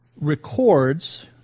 records